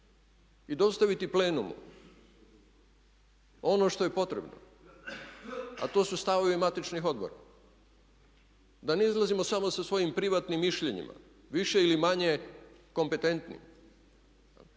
i dostaviti plenumu ono što je potrebno, a to su stavovi matičnih odbora, da ne izlazimo samo sa svojim privatnim mišljenjima više ili manje kompetentnim